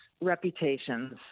reputations